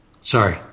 Sorry